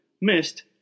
missed